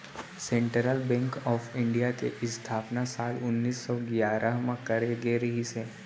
central Bank of India के इस्थापना साल उन्नीस सौ गियारह म करे गे रिहिस हे